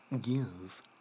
give